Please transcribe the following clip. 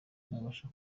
ntabasha